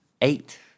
Eight